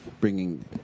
bringing